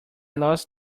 lost